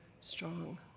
strong